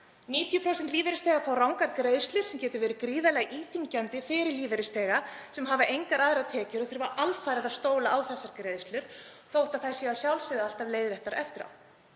90% lífeyrisþega fá rangar greiðslur, sem getur verið gríðarlega íþyngjandi fyrir lífeyrisþega sem hafa engar aðrar tekjur og þurfa alfarið að stóla á þessar greiðslur, þótt þær séu að sjálfsögðu alltaf leiðréttar eftir á.